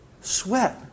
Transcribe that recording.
sweat